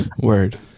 Word